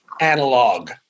analog